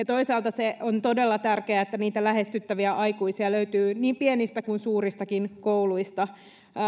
toisaalta on todella tärkeää että lähestyttäviä aikuisia löytyy niin pienistä kuin suuristakin kouluista